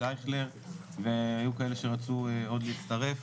אייכלר והיו כאלה שרצו עוד להצטרף,